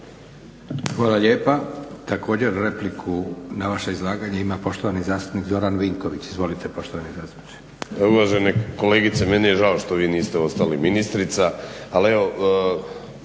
Hvala lijepa. Također repliku na vaše izlaganje ima poštovani zastupnik Zoran Vinković. Izvolite poštovani zastupniče. **Vinković, Zoran (HDSSB)** Uvažena kolegice meni je žao što vi niste ostali ministrica,